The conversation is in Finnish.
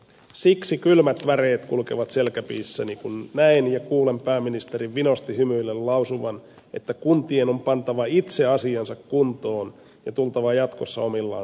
siksi kylmät väreet kulkevat selkäpiissäni kun näen ja kuulen pääministerin vinosti hymyillen lausuvan että kuntien on pantava itse asiansa kuntoon ja tultava jatkossa omillaan toimeen